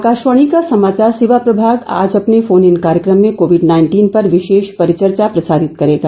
आकाशवाणी का समाचार सेवा प्रभाग आज अपने फोन इन कार्यक्रम में कोविड नाइन्टीन पर विशेष परिचर्चा प्रसारित करेगा